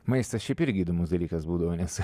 maistas šiaip irgi įdomus dalykas būdavo nes